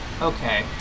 Okay